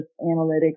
analytics